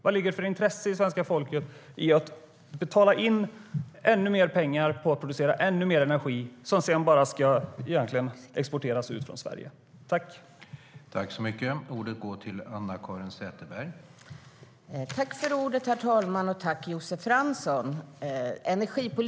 Vad har svenska folket för intresse i att betala in ännu mer pengar för att producera ännu mer energi som sedan bara ska exporteras från Sverige?